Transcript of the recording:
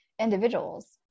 individuals